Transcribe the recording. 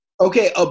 Okay